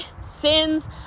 sins